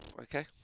okay